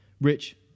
Rich